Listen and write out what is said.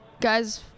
guys